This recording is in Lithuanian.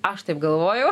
aš taip galvojau